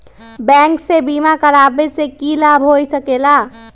Bank से बिमा करावे से की लाभ होई सकेला?